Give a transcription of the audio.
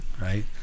right